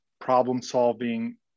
problem-solving